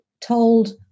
told